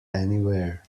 anywhere